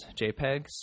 JPEGs